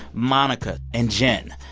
monica and jen,